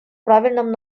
правильном